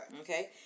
Okay